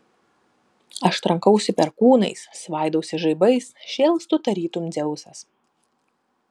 aš trankausi perkūnais svaidausi žaibais šėlstu tarytum dzeusas